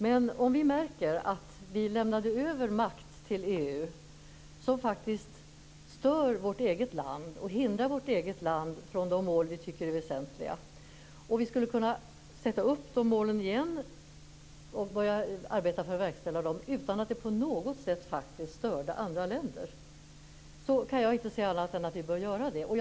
Men låt oss säga att vi märker att vi lämnade över makt till EU på ett sätt som faktiskt stör vårt eget land och hindrar vårt eget land att nå de mål som vi tycker är väsentliga. Låt oss säga att vi skulle kunna sätta upp de målen igen och börja arbeta för att verkställa dem utan att det på något sätt störde andra länder. Då kan jag inte se annat än att vi också borde göra det.